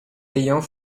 ayant